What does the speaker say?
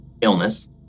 illness